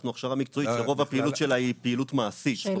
אנחנו הכשרה מקצועית שרוב הפעילות שלה היא פעילות מעשית.